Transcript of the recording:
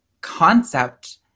concept